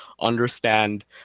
understand